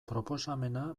proposamena